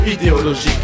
idéologique